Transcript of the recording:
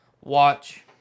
watch